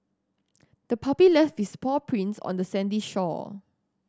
the puppy left its paw prints on the sandy shore